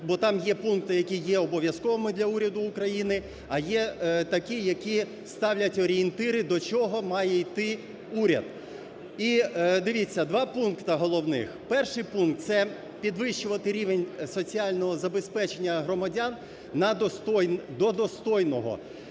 бо там є пункти, які є обов'язковими для уряду України, а є такі, які ставлять орієнтири, до чого має йти уряд. І дивіться, два пункти головних. Перший пункт – це підвищувати рівень соціального забезпечення громадян на достойний...